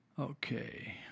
Okay